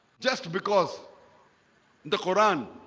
just because the quran